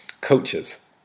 coaches